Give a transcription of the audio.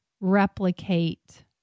replicate